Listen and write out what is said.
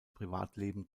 privatleben